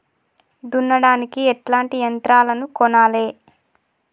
దున్నడానికి ఎట్లాంటి యంత్రాలను కొనాలే?